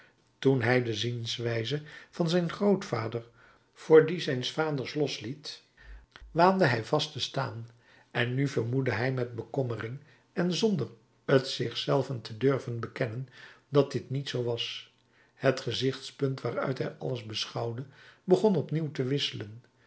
toen hij de zienswijze van zijn grootvader voor die zijns vaders losliet waande hij vast te staan en nu vermoedde hij met bekommering en zonder t zich zelven te durven bekennen dat dit niet zoo was het gezichtspunt waaruit hij alles beschouwde begon opnieuw te wisselen